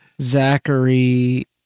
Zachary